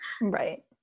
Right